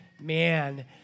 man